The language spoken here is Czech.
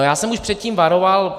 No, já jsem už před tím varoval.